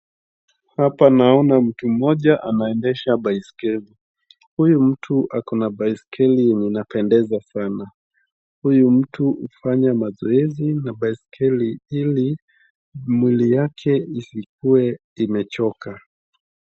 Hapa naona mtu mmoja anaendesha baiskeli, huyu mtu ako na baiskel yenyei inapendeza sana, huyu mtu hufanya mazoezi na baiskeli ili mwili wake usikue umechoka.